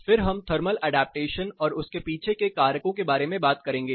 फिर हम thermal adaptation और उसके पीछे के कारकों के बारे में बात करेंगे